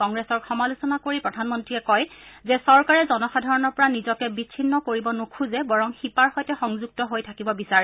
কংগ্ৰেছৰ সমালোচনা কৰি প্ৰধানমন্ৰীয়ে কয় যে চৰকাৰে জনসাধাৰণৰ পৰা নিজকে বিছিন্ন কৰিব নোখোজে বৰং শিপাৰ সৈতে সংযুক্ত হৈ থাকিব বিচাৰে